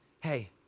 hey